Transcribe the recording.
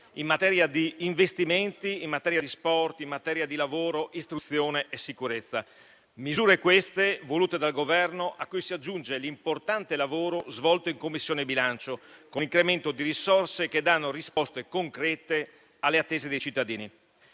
in materia di investimenti, di sport, di lavoro, istruzione e sicurezza. A queste misure volute dal Governo si aggiunge l'importante lavoro svolto in Commissione bilancio, con l'incremento di risorse che danno risposte concrete alle attese dei cittadini.